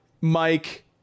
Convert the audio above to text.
Mike